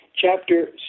chapter